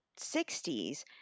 60s